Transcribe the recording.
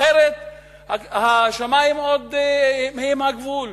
אחרת השמים הם הגבול.